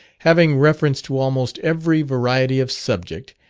having reference to almost every variety of subject,